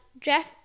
Jeff